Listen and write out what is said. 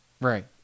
Right